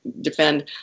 defend